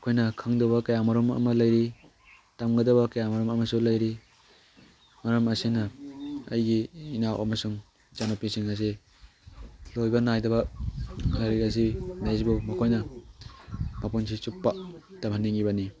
ꯑꯩꯈꯣꯏꯅ ꯈꯪꯗꯕ ꯀꯌꯥ ꯃꯔꯨꯝ ꯑꯃ ꯂꯩꯔꯤ ꯇꯝꯒꯗꯕ ꯀꯌꯥꯃꯔꯨꯝ ꯑꯃꯁꯨ ꯂꯩꯔꯤ ꯃꯔꯝ ꯑꯁꯤꯅ ꯑꯩꯒꯤ ꯏꯅꯥꯎ ꯑꯃꯁꯨꯡ ꯏꯆꯥꯅꯨꯄꯤꯁꯤꯡ ꯑꯁꯤ ꯂꯣꯏꯕ ꯅꯥꯏꯗꯕ ꯂꯥꯏꯔꯤꯛ ꯑꯁꯤ ꯂꯩꯔꯤꯕꯧ ꯃꯈꯣꯏꯅ ꯃꯄꯨꯟꯁꯤ ꯆꯨꯞꯄ ꯇꯝꯍꯟꯅꯤꯡꯏꯕꯅꯤ